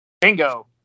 Bingo